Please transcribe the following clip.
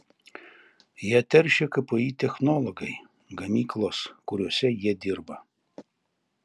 ją teršia kpi technologai gamyklos kuriose jie dirba